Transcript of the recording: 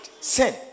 Sin